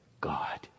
God